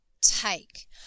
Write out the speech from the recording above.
take